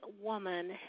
woman